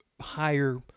higher